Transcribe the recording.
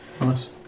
Nice